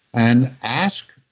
and ask,